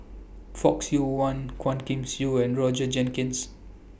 Fock Siew Wah Quah Kim Song and Roger Jenkins